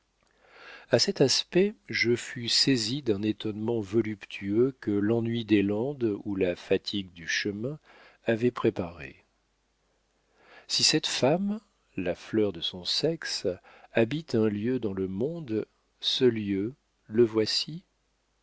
a cet aspect je fus saisi d'un étonnement voluptueux que l'ennui des landes ou la fatigue du chemin avait préparé si cette femme la fleur de son sexe habite un lieu dans le monde ce lieu le voici